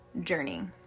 journey